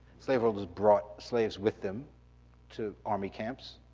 slaveholders brought slaves with them to army camps,